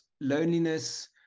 loneliness